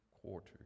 quarter